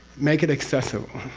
make it accessible.